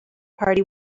party